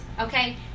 okay